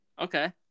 Okay